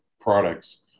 products